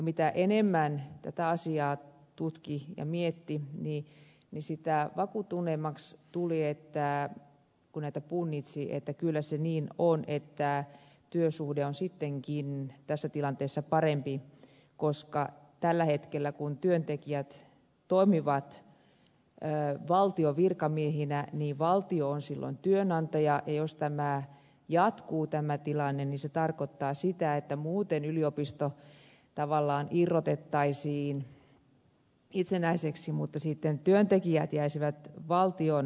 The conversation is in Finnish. mitä enemmän tätä asiaa tutki ja mietti niin sitä vakuuttuneemmaksi tuli kun näitä punnitsi että kyllä se niin on että työsuhde on sittenkin tässä tilanteessa parempi koska tällä hetkellä kun työntekijät toimivat valtion virkamiehinä niin valtio on silloin työnantaja ja jos tämä jatkuu tämä tilanne se tarkoittaa sitä että muuten yliopisto tavallaan irrotettaisiin itsenäiseksi mutta sitten työntekijät jäisivät valtion palkkalistoille